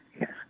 yes